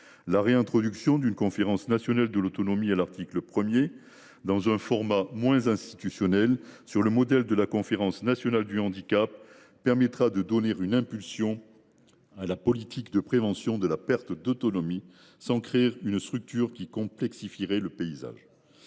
La réintroduction à l’article 1 de la conférence nationale de l’autonomie, dans un format moins institutionnel, sur le modèle de la Conférence nationale du handicap, permettra de donner une impulsion à la politique de prévention de la perte d’autonomie sans créer de structure complexifiant le paysage.